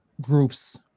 groups